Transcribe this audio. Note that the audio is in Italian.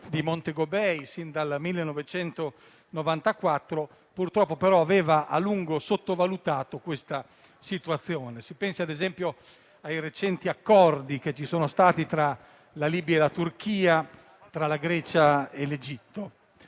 di Montego Bay, sin dal 1994 - purtroppo però aveva a lungo sottovalutato; si pensi, ad esempio, ai recenti accordi che ci sono stati tra la Libia e la Turchia, tra la Grecia e l'Egitto.